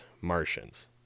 martians